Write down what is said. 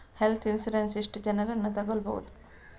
Health insurance ಎಷ್ಟು ಜನರನ್ನು ತಗೊಳ್ಬಹುದು?